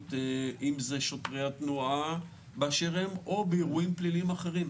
באמצעות אם זה שוטרי התנועה או באירועים פליליים אחרים.